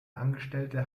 angestellte